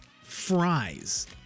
Fries